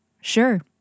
Sure